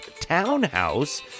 Townhouse